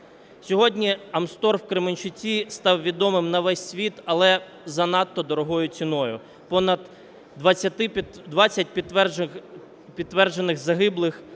Сьогодні Амстор в Кременчуці став відомим на весь світ, але занадто дорогою ціною: понад 20 підтверджених загиблих,